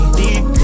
deep